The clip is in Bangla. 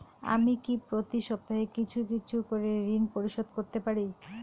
আমি কি প্রতি সপ্তাহে কিছু কিছু করে ঋন পরিশোধ করতে পারি?